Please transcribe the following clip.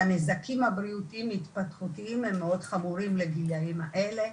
שהנזקים הבריאותיים ההתפתחותיים הם מאוד חמורים לגילאים האלה,